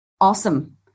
Awesome